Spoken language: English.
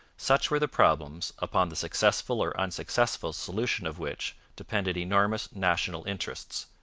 such were the problems upon the successful or unsuccessful solution of which depended enormous national interests,